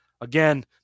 again